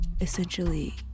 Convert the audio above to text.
Essentially